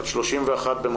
בת 31 במותה,